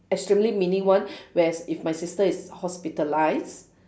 extremely mini one whereas if my sister is hospitalised